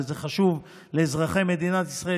וזה חשוב לאזרחי מדינת ישראל,